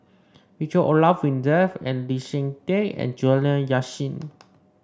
Richard Olaf Winstedt and Lee Seng Tee and Juliana Yasin